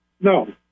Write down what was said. No